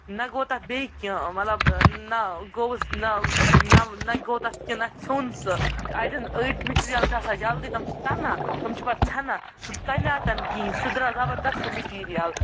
نہ گوٚو تَتھ بیٚیہِ کیٚنہہ مطلب نہ گوٚوُس نہ نہ گوٚو تَتھ کیٚنہہ نہ ژوٚن سُہ اَڈٮ۪ن أڈۍ مٮ۪ٹریٖیل چھِ آسان جَلدی تٔمۍ چھِ تَنن تٔمۍ چھِ پَتہٕ ژینان سُہ تَنوتہِنہٕ کِہیٖنۍ سُہ دارو زَبرست سُہ مٮ۪ٹریٖیَل